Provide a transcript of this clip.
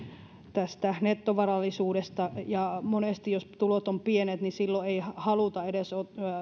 nettovarallisuudesta niin monesti jos tulot ovat pienet ei haluta edes